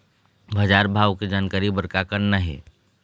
बजार भाव के जानकारी बर का करना हे?